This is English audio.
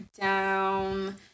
down